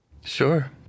sure